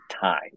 time